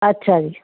ਅੱਛਾ ਜੀ